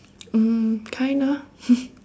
mm kinda